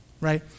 right